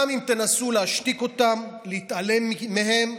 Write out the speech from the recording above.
גם אם תנסו להשתיק אותם, להתעלם מהם,